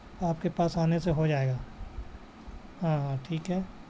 آپ کے پاس آنے سے ہو جائے گا ہاں ہاں ٹھیک ہے